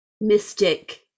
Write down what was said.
mystic